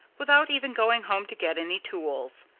without even going home to get any tools.